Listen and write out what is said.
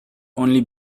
only